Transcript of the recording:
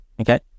okay